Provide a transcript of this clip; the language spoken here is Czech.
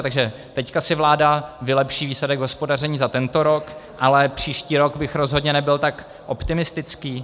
Takže teď si vláda vylepší výsledek hospodaření za tento rok, ale příští rok bych rozhodně nebyl tak optimistický.